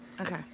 Okay